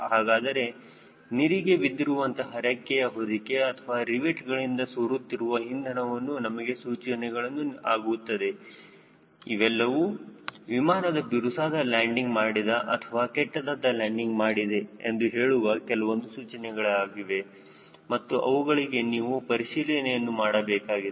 ಹಾಗಾದರೆ ನಿರಿಗೆ ಬಿದ್ದಿರುವಂತಹ ರೆಕ್ಕೆಯ ಹೊದಿಕೆ ಅಥವಾ ರಿವೈಟ್ಗಳಿಂದ ಸೋರುತ್ತಿರುವ ಇಂಧನವು ನಮಗೆ ಸೂಚನೆಗಳು ಆಗುತ್ತದೆ ಇವೆಲ್ಲವೂ ವಿಮಾನವು ಬಿರುಸಾದ ಲ್ಯಾಂಡಿಂಗ್ ಮಾಡಿದೆ ಅಥವಾ ಕೆಟ್ಟದಾದ ಲ್ಯಾಂಡಿಂಗ್ಮಾಡಿದೆ ಎಂದು ಹೇಳುವ ಕೆಲವೊಂದು ಸೂಚನೆಗಳಾಗಿವೆ ಮತ್ತು ಅವುಗಳಿಗೆ ನೀವು ಪರಿಶೀಲನೆಯನ್ನು ಮಾಡಬೇಕಾಗಿದೆ